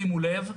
שימו לב,